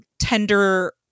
tender